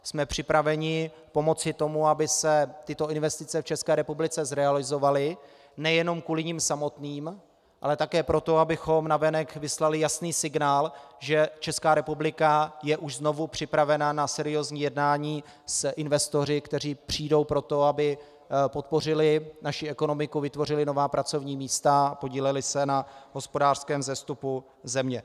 Jsme připraveni pomoci tomu, aby se tyto investice v České republice zrealizovaly nejenom kvůli nim samotným, ale také proto, abychom navenek vyslali jasný signál, že Česká republika je už znovu připravena na seriózní jednání s investory, kteří přijdou proto, aby podpořili naši ekonomiku, vytvořili nová pracovní místa a podíleli se na hospodářském vzestupu země.